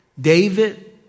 David